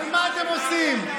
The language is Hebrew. על מה אתם עושים?